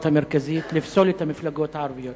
המרכזית שלא לפסול את המפלגות הערביות.